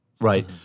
Right